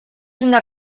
una